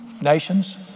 Nations